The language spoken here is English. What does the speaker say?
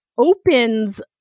opens